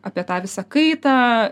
apie tą visą kaitą